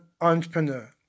entrepreneur